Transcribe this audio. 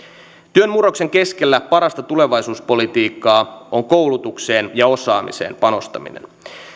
työn murroksen keskellä parasta tulevaisuuspolitiikkaa on koulutukseen ja osaamiseen panostaminen